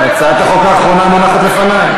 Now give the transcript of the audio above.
הצעת החוק האחרונה מונחת לפני.